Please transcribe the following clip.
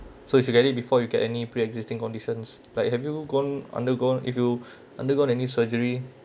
so if you get it before you get any pre existing conditions like have you gone undergone if you undergone any surgery